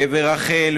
גברתי היושבת-ראש,